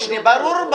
ברור.